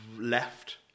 left